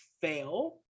fail